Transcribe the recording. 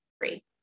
free